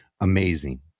Amazing